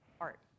art